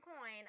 coin